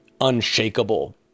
unshakable